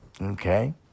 Okay